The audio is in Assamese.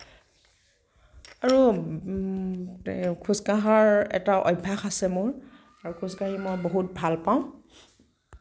আৰু খোজকঢ়াৰ এটা অভ্যাস আছে মোৰ আৰু খোজকাঢ়ি মই বহুত ভাল পাওঁ